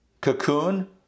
cocoon